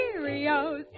Cheerios